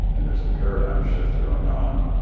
and there's a paradigm shift going on,